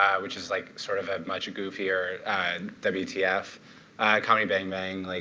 which is like sort of a much goofier wtf. comedy bang bang. like